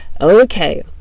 Okay